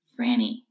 Franny